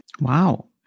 Wow